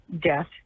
death